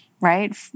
right